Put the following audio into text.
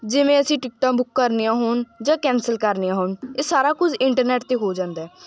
ਜਿਵੇਂ ਅਸੀਂ ਟਿਕਟਾਂ ਬੁੱਕ ਕਰਨੀਆਂ ਹੋਣ ਜਾਂ ਕੈਂਸਲ ਕਰਨੀਆਂ ਹੋਣ ਇਹ ਸਾਰਾ ਕੁਝ ਇੰਟਰਨੈਟ 'ਤੇ ਹੋ ਜਾਂਦਾ